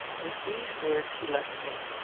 with these words he left me.